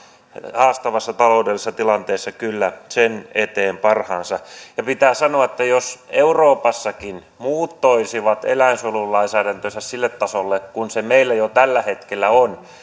haastavassa taloudellisessa tilanteessa kyllä sen eteen parhaansa ja pitää sanoa että jos euroopassakin muut toisivat eläinsuojelulainsäädäntönsä sille tasolle kuin se meillä jo tällä hetkellä on